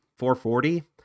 440